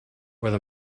where